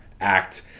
Act—